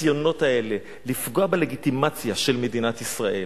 הניסיונות האלה לפגוע בלגיטימציה של מדינת ישראל